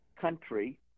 country